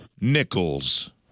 Nichols